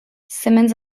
simmons